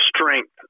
strength